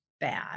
bad